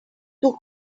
too